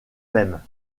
même